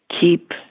Keep